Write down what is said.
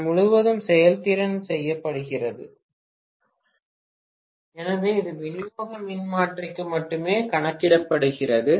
நாள் முழுவதும் செயல்திறன் செய்யப்படுகிறது எனவே இது விநியோக மின்மாற்றிக்கு மட்டுமே கணக்கிடப்படுகிறது